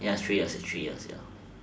ya three years is three years ya